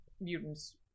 mutants